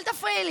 אל תפריעי לי,